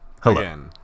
hello